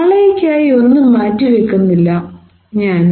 നാളെക്കായി ഒന്നും മാറ്റിവക്കുന്നില്ല ഞാൻ